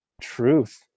truth